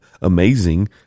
amazing